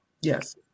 Yes